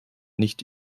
nicht